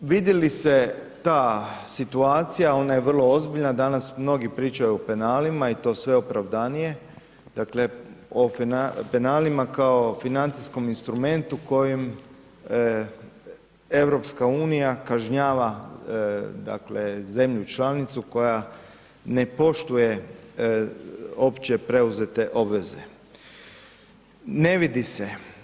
No, vidi li se ta situacija, ona je vrlo ozbiljna, danas mnogi pričaju o penalima i to sve opravdanije, dakle o penalima kao financijskom instrumentu kojim EU kažnjava dakle zemlju članicu koja ne poštuje opće preuzete obveze, ne vidi se.